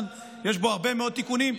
יש בו הרבה מאוד תיקונים,